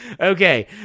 Okay